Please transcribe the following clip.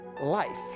life